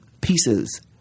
pieces